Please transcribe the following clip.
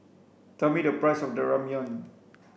tell me the price of Ramyeon